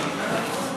למיעוט?